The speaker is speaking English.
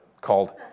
called